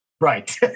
Right